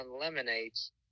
lemonades